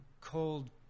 cold